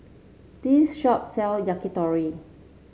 this shop sells Yakitori